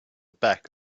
back